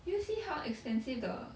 you see how expensive the